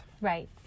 Right